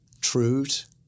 truth